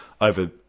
over